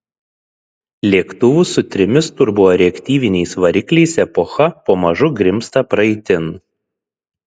lėktuvų su trimis turboreaktyviniais varikliais epocha pamažu grimzta praeitin